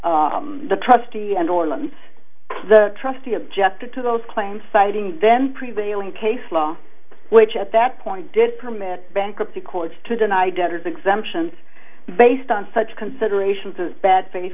the trustee and orland the trustee objected to those claims citing then prevailing case law which at that point did permit bankruptcy courts to deny debtors exemptions based on such considerations as bad